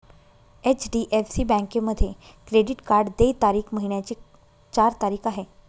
HDFC बँकेमध्ये credit card देय तारीख महिन्याची चार तारीख आहे